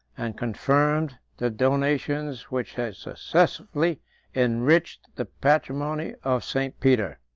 and confirmed the donations which had successively enriched the patrimony of st. peter.